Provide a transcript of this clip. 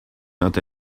not